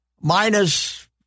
minus